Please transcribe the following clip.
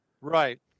Right